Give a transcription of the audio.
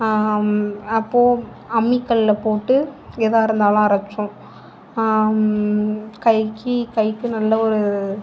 அப்போது அம்மிக்கலில் போட்டு எதாக இருந்தாலும் அரைச்சோம் கைக்கு கைக்கு நல்ல ஒரு